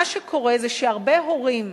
מה שקורה זה שהרבה הורים,